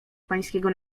pańskiego